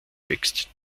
wächst